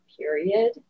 period